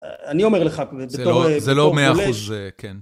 אני אומר לך, זה לא 100 אחוז, כן.